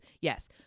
Yes